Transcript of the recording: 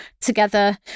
together